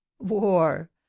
War